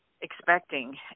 expecting